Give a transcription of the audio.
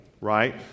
right